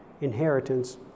inheritance